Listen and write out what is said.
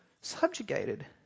subjugated